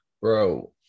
bro